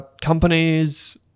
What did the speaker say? companies